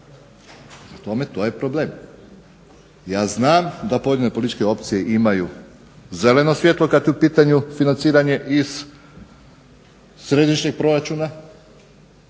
tome, to je problem. Ja znam da pojedine političke opcije imaju zeleno svjetlo kad je u pitanju financiranje iz središnjeg proračuna,